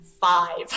Five